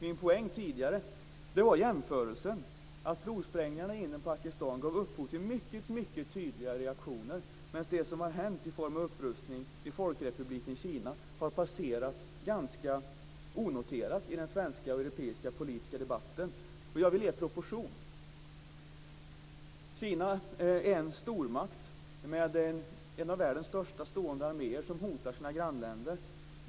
Min poäng tidigare var jämförelsen att provsprängningarna inne i Pakistan gav upphov till mycket, mycket tydliga reaktioner, medan det som har hänt i form av upprustning i Folkrepubliken Kina har passerat ganska onoterat i den svenska och den europeiska politiska debatten, och jag vill ge proportion. Kina är en stormakt med en av världens största arméer som hotar sina grannländer.